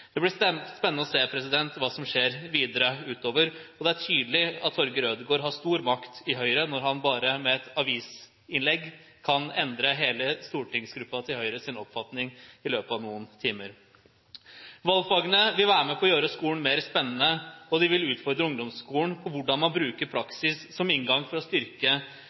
Det blir spennende å se hva som skjer videre utover. Det er tydelig at Torger Ødegaard har stor makt i Høyre når han bare med et avisinnlegg kan endre hele Høyres stortingsgruppes oppfatning i løpet av noen timer. Valgfagene vil være med på å gjøre skolen mer spennende og vil utfordre ungdomsskolen på hvordan man bruker praksis som inngang for å styrke